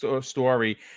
story